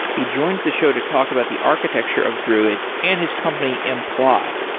he joins the show to talk about the architecture of druid and his company imply.